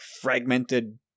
fragmented